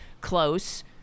close